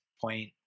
point